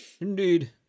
indeed